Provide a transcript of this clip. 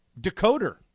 decoder